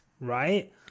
right